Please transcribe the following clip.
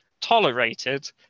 tolerated